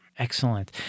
Excellent